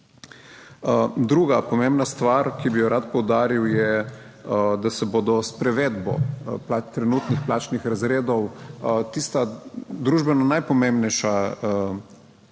Druga pomembna stvar, ki bi jo rad poudaril, je, da se bodo s privedbo trenutnih plačnih razredov tista družbeno najpomembnejša